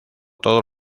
todos